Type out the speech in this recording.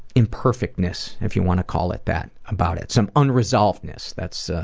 imperfectness if you want to call it that about it. some unresolvedness, that's ah